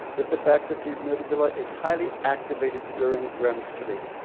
with the fact that the amygdala is highly activated during rem sleep.